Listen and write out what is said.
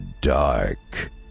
dark